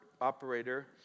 operator